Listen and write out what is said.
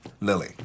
Lily